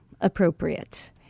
appropriate